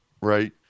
right